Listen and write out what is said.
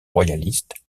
royalistes